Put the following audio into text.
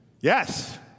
Yes